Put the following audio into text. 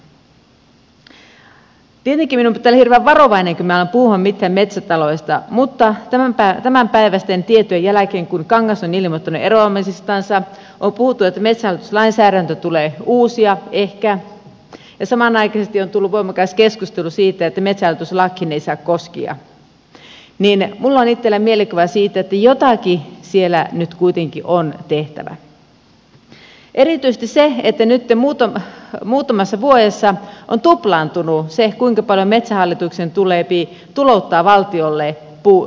tietenkin minun pitää olla hirveän varovainen kun minä alan puhua mitään metsätaloudesta mutta tämänpäiväisten tietojen jälkeen kun kangas on ilmoittanut eroamisestansa on puhuttu että metsähallitus lainsäädäntö tulee uusia ehkä ja samanaikaisesti on tullut voimakas keskustelu siitä että metsähallitus lakiin ei saa koskea niin minulla on itselläni mielikuva siitä että jotakin siellä nyt kuitenkin on tehtävä erityisesti kun nyt muutamassa vuodessa on tuplaantunut se kuinka paljon metsähallituksen tulee tulouttaa valtiolle tuloja